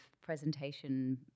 presentation